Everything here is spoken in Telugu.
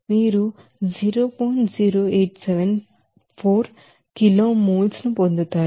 0874 కిలోల మోల్ ను పొందుతారు